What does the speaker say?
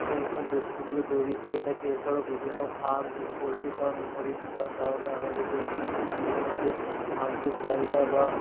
এইগুলো বস্তুগুলো তৈরি করে থাকে এছাড়াও বিভিন্ন ফার্ম পোল্ট্রি ফার্ম ইত্যাদি থাকার কারণে আমাদের দৈনন্দিন জীবনের যে মানষের চাহিদা বা